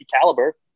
caliber